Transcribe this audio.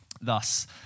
Thus